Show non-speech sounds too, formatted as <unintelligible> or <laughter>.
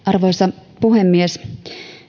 <unintelligible> arvoisa puhemies